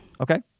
Okay